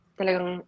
talagang